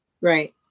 right